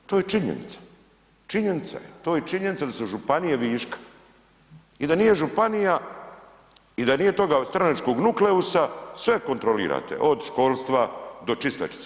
To je činjenica, činjenica je, to je činjenica da su županije viška i da nije županija i da nije toga stranačkog nukleusa, sve kontrolirate od školstva do čistačice.